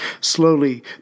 Slowly